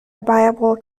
viable